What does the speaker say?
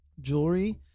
jewelry